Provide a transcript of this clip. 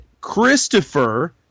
Christopher